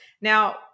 Now